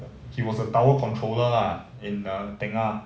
he was a tower controller lah in err tengah